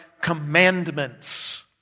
commandments